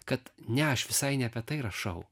kad ne aš visai ne apie tai rašau